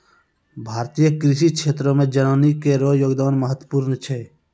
भारतीय कृषि क्षेत्रो मे जनानी केरो योगदान महत्वपूर्ण छै